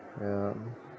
yeah